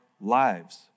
lives